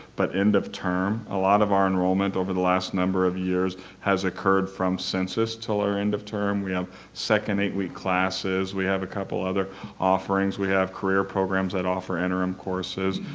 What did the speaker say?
but end of term. a lot of our enrollment over the last number of years has occurred from census until our end of term. we have second eight-week classes, we have a couple other offerings. we have career programs that offer interim courses.